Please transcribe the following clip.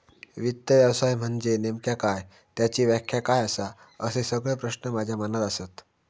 वित्त व्यवसाय म्हनजे नेमका काय? त्याची व्याख्या काय आसा? असे सगळे प्रश्न माझ्या मनात आसत